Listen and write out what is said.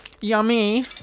yummy